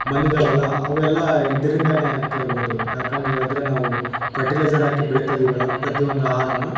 ಬಂದಿದವಲ್ಲ ಅವೆಲ್ಲ ಇದರಿಂದಾನೆ ಅಂತೇಳ್ಬೋದು ಯಾಕಂದೇಳದರೆ ನಾವು ಪರ್ಟಿಲೈಸರ್ ಹಾಕಿ ಬೆಳೆತಾಯಿದೀವಲ್ಲ ಪ್ರತಿವೊಂದು ಆಹಾರನು